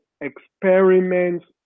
experiments